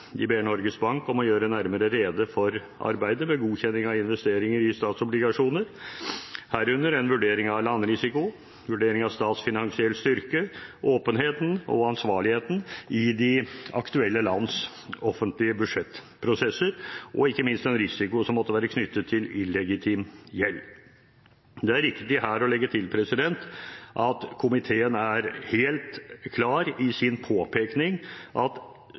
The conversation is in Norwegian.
Norges Bank gjøre nærmere rede for arbeidet med godkjenning av investeringer i statsobligasjoner, herunder en vurdering av landrisiko, vurdering av statsfinansiell styrke, åpenheten og ansvarligheten i de aktuelle lands offentlige budsjettprosesser, og ikke minst den risikoen som måtte være knyttet til illegitim gjeld. Det er riktig her å legge til at komiteen er helt klar i sin påpekning av at eventuelle slike retningslinjer for investeringene i statsobligasjoner ikke må føre til at